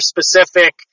specific